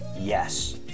yes